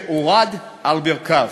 שהורד על ברכיו.